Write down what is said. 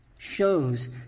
Shows